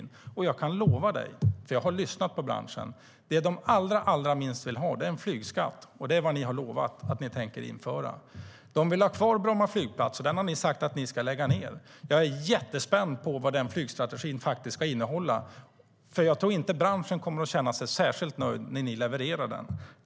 Eftersom jag har lyssnat på branschen kan jag lova dig, Rikard Larsson, att vad de allra minst vill ha är en flygskatt, och det är vad ni har lovat att införa. Branschen vill ha kvar Bromma flygplats, som ni har sagt att ni ska lägga ned. Jag är jättespänd på vad denna flygstrategi faktiskt ska innehålla. Jag tror nämligen inte att branschen kommer att känna sig särskilt nöjd när ni levererar den.